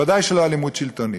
ודאי שלא אלימות שלטונית.